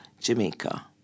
Jamaica